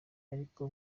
ariko